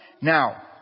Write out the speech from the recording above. Now